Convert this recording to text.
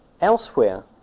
elsewhere